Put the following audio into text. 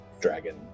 dragon